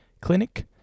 clinic